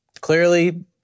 Clearly